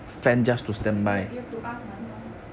you you have to ask my mum